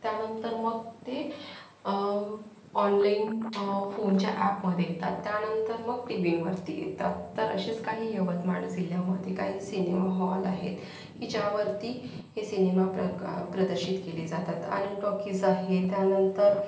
त्यानंतर मग ते ऑनलाईन फोनच्या ॲपमध्ये येतात त्यानंतर मग टी व्ही वरती येतात तर असेच काही यवतमाळ जिल्ह्यामध्ये काही सिनेमा हॉल आहेत की ज्यावरती हे सिनेमा प्रका प्रदर्शित केले जातात आणि टॉकीज आहेत त्यानंतर